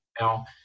now